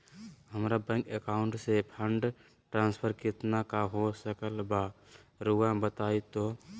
हमरा bank account से fund transfer कितना का हो सकल बा रुआ बताई तो?